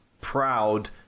proud